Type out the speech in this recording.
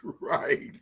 Right